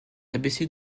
imbécile